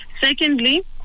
Secondly